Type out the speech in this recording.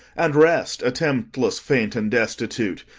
and rest attemptless, faint, and destitute?